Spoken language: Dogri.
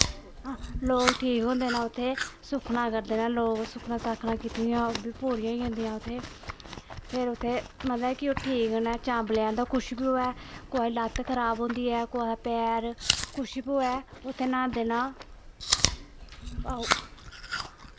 लोग ठीक होंदे न उत्थै सुक्खनां करदे न लोग सुक्खनां सक्खनां कीती दियां पूरियां होई जंदियां उत्थै फिर उत्थै मतलब कि ठीक न चांबले दे किश बी होऐ कुसा दी लत्त खराब होंदी ऐ कुसा दा पैर किश बी होऐ उत्थै न्हांदे न